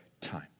time